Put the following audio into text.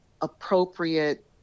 appropriate